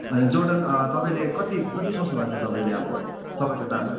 अनि जोर्डन तपाईँले कति कति सोच्नु भएको छ तपाईँले अब तपाईँको दाम